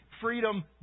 freedom